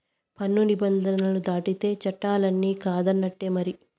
పన్ను నిబంధనలు దాటితే చట్టాలన్ని కాదన్నట్టే మరి